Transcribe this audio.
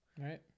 Right